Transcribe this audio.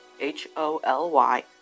H-O-L-Y